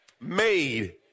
made